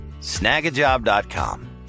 Snagajob.com